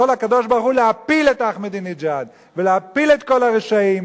יכול הקדוש-ברוך-הוא להפיל את אחמדינג'אד ולהפיל את כל הרשעים